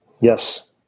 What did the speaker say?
Yes